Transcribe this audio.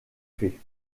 fait